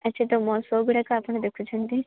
ଆଛା ତ ମୋ ସୋ ଗୁଡ଼ାକ ଆପଣ ଦେଖୁଛନ୍ତି